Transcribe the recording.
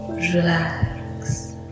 Relax